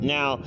Now